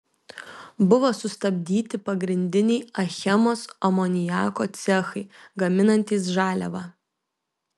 buvo sustabdyti pagrindiniai achemos amoniako cechai gaminantys žaliavą